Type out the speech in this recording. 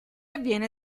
avviene